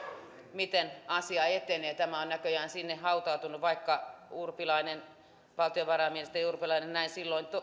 miten asia etenee tämä on näköjään sinne hautautunut vaikka valtiovarainministeri urpilainen näin silloin